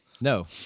No